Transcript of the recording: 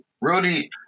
Rudy